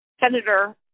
Senator